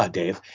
ah dave,